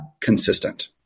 consistent